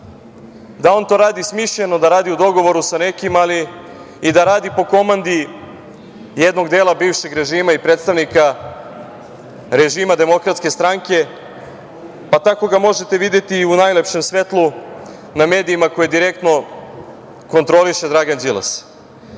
da on to radi smišljeno, da radi u dogovoru sa nekim, ali i da radi po komandi jednog dela bivšeg režima i predstavnika režima DS, pa tako ga možete videti i u najlepšem svetlu na medijima koje direktno kontroliše Dragan Đilas.